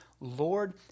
Lord